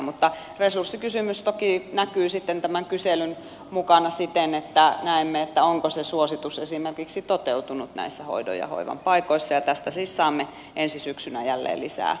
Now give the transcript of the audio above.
mutta resurssikysymys toki näkyy tämän kyselyn mukana siten että näemme onko se suositus esimerkiksi toteutunut näissä hoidon ja hoivan paikoissa ja tästä siis saamme ensi syksynä jälleen lisää informaatiota